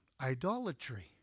Idolatry